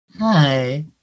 Hi